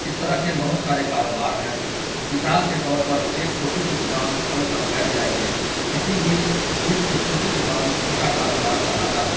اس طرح کے بہت سارے کاروبار ہیں مثال کے طور پر ایک چھوٹی سی دکان کھول کر بیٹھ جائیے کسی بھی چیز کی چھوٹی دکان چھوٹا کاروبار کہلاتا ہے